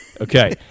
Okay